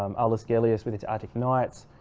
um aulus gellius with his attic nights,